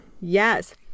Yes